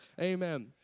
Amen